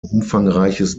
umfangreiches